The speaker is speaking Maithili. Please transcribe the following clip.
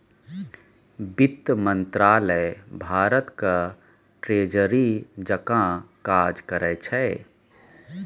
बित्त मंत्रालय भारतक ट्रेजरी जकाँ काज करै छै